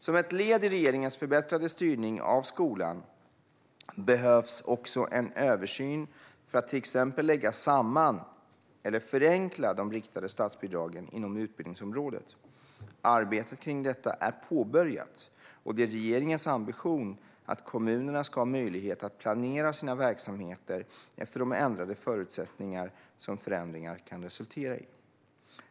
Som ett led i regeringens förbättrade styrning av skolan behövs också en översyn för att till exempel lägga samman eller förenkla de riktade statsbidragen inom utbildningsområdet. Arbetet kring detta är påbörjat, och det är regeringens ambition att kommunerna ska ha möjlighet att planera sina verksamheter efter de ändrade förutsättningar som förändringar kan resultera i.